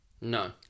No